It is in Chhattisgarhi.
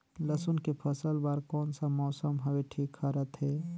लसुन के फसल बार कोन सा मौसम हवे ठीक रथे?